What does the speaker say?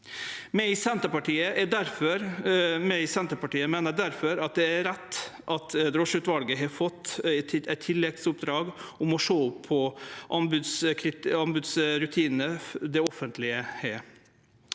Senterpartiet meiner difor det er rett at drosjeutvalet har fått eit tilleggsoppdrag om å sjå på anbodsrutinane det offentlege har.